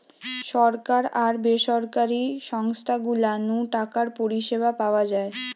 সরকার আর বেসরকারি সংস্থা গুলা নু টাকার পরিষেবা পাওয়া যায়